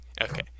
Okay